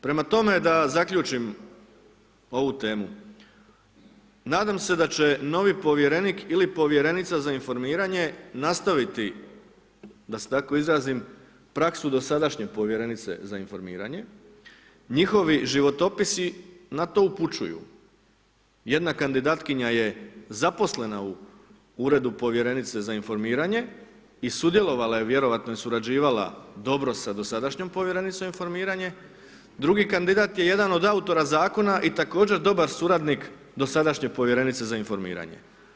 Prema tome da zaključim ovu temu, nadam se da će novi Povjerenik ili Povjerenica za informiranje nastaviti, da se tako izrazim, praksu dosadašnje Povjerenice za informiranje, njihovi životopisi na to upućuju, jedna kandidatkinja je zaposlena u Uredu povjerenice za informiranje i sudjelovala je, vjerojatno je surađivala dobro sa dosadašnjom Povjerenicom za informiranje, drugi kandidat je jedan od autora Zakona i također dobar suradnik dosadašnje Povjerenice za informiranje.